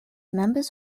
members